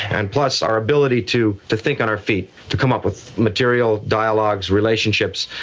and plus, our ability to to think on our feet, to come up with material, dialogues, relationships.